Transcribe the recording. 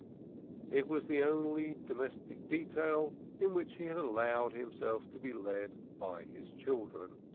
it was the only domestic detail in which he had allowed himself to be led by his children.